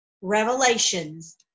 revelations